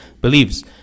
believes